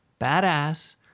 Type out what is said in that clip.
badass